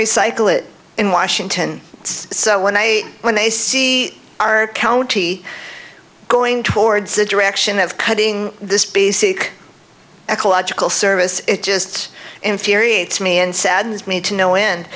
recycle it in washington so when i when they see our county going towards the direction of cutting this basic ecological service it just infuriates me and saddens me to no end